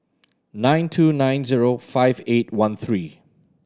nine two nine zero five eight one three